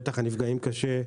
בטח הנפגעים קשה,